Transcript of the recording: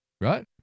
right